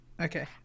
Okay